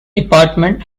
department